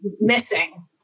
missing